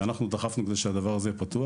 שאנחנו דחפנו לזה שהדבר הזה יהיה פתוח.